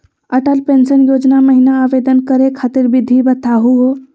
Atal pension Yojana महिना आवेदन करै खातिर विधि बताहु हो?